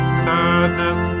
sadness